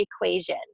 equation